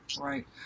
right